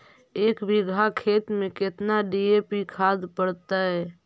एक बिघा खेत में केतना डी.ए.पी खाद पड़तै?